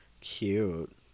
Cute